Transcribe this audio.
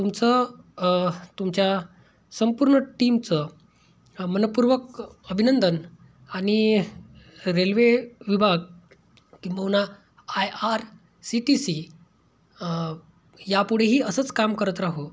तुमचं तुमच्या संपूर्ण टीमचं मनःपूर्वक अभिनंदन आणि रेल्वे विभाग किंबहुना I R C T C या पुढेही असंच काम करत राहो